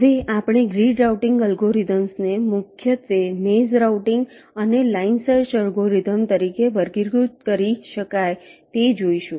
હવે આપણે grid routing algorithms ને મુખ્યત્વે મેઝ રાઉટીંગ અને લાઇન સર્ચ અલ્ગોરિધમ્સ તરીકે વર્ગીકૃત કરી શકાય તે જોઈશું